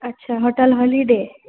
अच्छा hotel holiday